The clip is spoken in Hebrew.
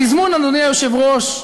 התזמון, אדוני היושב-ראש,